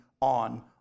on